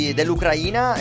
dell'Ucraina